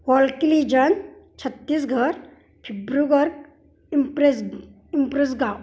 wall क्लिजन छत्तीसगढ फिब्रुगर इम्प्रेस इम्प्रेसगाव